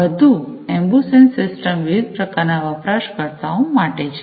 આ બધા અંબુસેન્સ સિસ્ટમ વિવિધ પ્રકારના વપરાશકર્તાઓ માટે છે